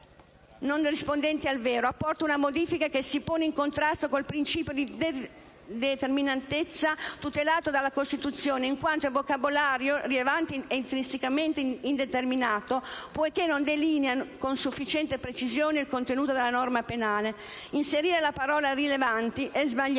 non rispondenti al vero», apporta una modifica che si pone in contrasto con il principio di determinatezza tutelato dalla Costituzione, in quanto il vocabolo «rilevanti» è intrinsecamente indeterminato poiché non delinea con sufficiente precisione il contenuto della norma penale. Inserire la parola «rilevanti» è sbagliato,